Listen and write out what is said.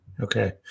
okay